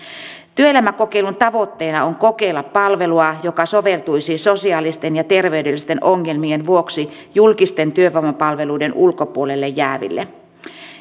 työelämäkokeilun tavoitteena on kokeilla palvelua joka soveltuisi sosiaalisten ja terveydellisten ongelmien vuoksi julkisten työvoimapalveluiden ulkopuolelle jääville